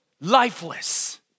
lifeless